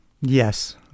Yes